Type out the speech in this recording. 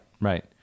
right